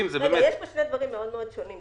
יש פה שני דברים מאוד מאוד שונים,